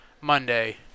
Monday